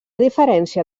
diferència